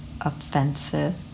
offensive